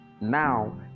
now